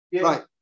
right